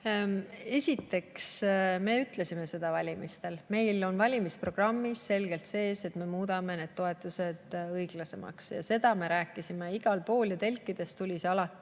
Esiteks, me ütlesime seda enne valimisi. Meil on valimisprogrammis selgelt sees, et me muudame need toetused õiglasemaks. Seda me rääkisime igal pool ja [valimis]telkides tuli see alati